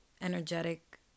Energetic